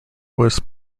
was